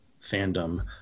fandom